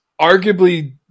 arguably